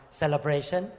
celebration